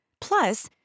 Plus